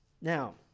Now